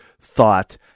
thought